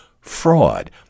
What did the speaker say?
fraud